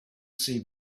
see